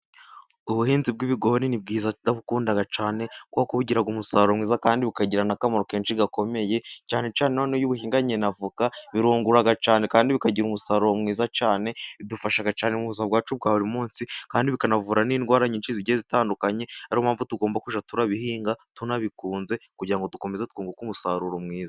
Ubuhinzi bw'ibigori ni bwiza ndabukunda cyane, kuko bugira umusaruro mwiza kandi bukagira n'akamaro kenshi gakomeye, cyane cyane iyo ubuhinganye na avoka, birungura cyane, kandi bikagira umusaruro mwiza cyane, bidufasha cyane mu buzima bwacu bwa buri munsi, kandi bikanavura n'indwara nyinshi ziyige zitandukanye, ariyo mpamvu tugomba kujya turabihinga tunabikunze, kugira ngo dukomeze twunguke umusaruro mwiza.